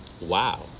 Wow